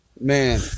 man